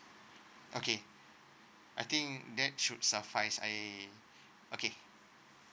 okay I think that should suffice I okay